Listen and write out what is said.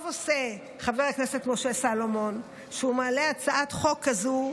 טוב עושה חבר הכנסת משה סולומון שהוא מעלה הצעת חוק כזו,